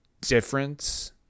difference